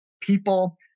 people